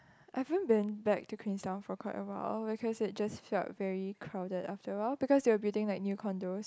I haven't been back to Queenstown for quite awhile because it just felt very crowded after awhile because they are building like new Condos